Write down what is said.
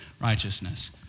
righteousness